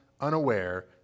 unaware